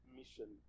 mission